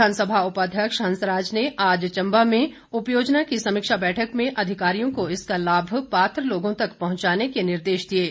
विधानसभा उपाध्यक्ष हंसराज ने आज चम्बा में उपयोजना की समीक्षा बैठक में अधिकारियों को इसका लाभ पात्र लोगों तक पहुंचाने के निर्देश दिए हैं